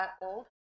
old